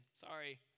Sorry